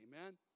Amen